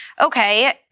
okay